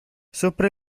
sopra